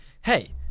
Hey